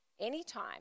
anytime